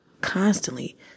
constantly